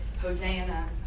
Hosanna